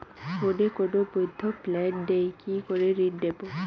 ফোনে কোন বৈধ প্ল্যান নেই কি করে ঋণ নেব?